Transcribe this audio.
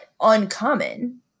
uncommon